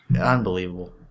Unbelievable